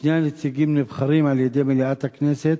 שני הנציגים נבחרים על-ידי מליאת הכנסת,